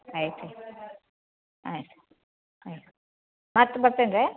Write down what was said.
ಆಯಿತು ಆಯ್ತು ಆಯ್ತು ಮತ್ತೆ ಬರ್ತೇನೆ ರೀ